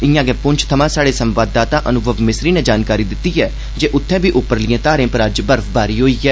इंया गै पुंछ थमां स्हाडे संवाददता अनुभव मिसरी नै जानकारी दित्ती ऐ जे उत्थे बी उपरलिएं थाहरें पर अज्ज बर्फवारी होई ऐ